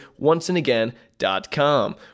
onceandagain.com